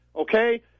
okay